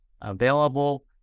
available